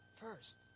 first